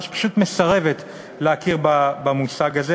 שפשוט מסרבת להכיר במושג הזה.